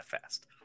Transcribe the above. fast